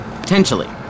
Potentially